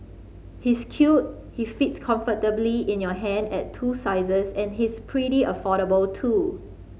he's cute he fits comfortably in your hand at two sizes and he's pretty affordable too